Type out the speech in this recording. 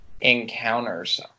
encounters